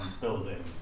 building